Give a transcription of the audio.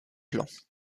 plans